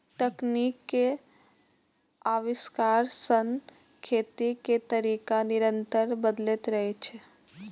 तकनीक के आविष्कार सं खेती के तरीका निरंतर बदलैत रहलैए